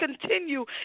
continue